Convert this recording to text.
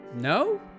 No